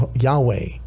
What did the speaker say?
yahweh